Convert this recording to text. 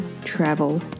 travel